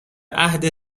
عهد